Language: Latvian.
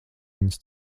viņas